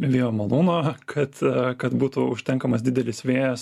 vėjo malūno kad kad būtų užtenkamas didelis vėjas